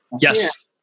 Yes